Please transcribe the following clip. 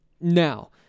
Now